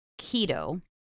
keto